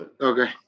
Okay